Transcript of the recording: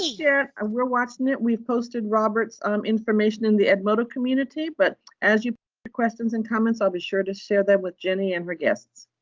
ah we're watching it. we've posted robert's um information in the edmodo community, but as you get questions and comments i'll be sure to share them with jenny and her guests.